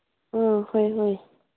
ꯑꯥ ꯍꯣꯏ ꯍꯣꯏ